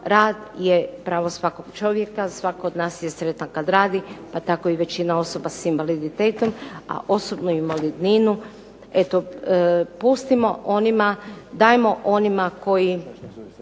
Rad je pravo svakog čovjeka, svatko od nas je sretan kad radi, pa tako i većina osoba sa invaliditetom, a osobnu invalidninu eto pustimo onima, dajmo onima koji